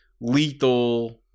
lethal